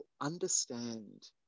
understand